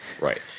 right